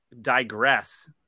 digress